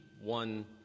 one